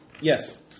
Yes